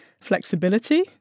Flexibility